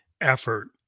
effort